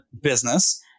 business